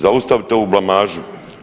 Zaustavite ovu blamažu.